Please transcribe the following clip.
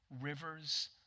rivers